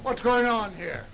what's going on here